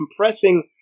compressing